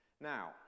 Now